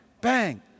bang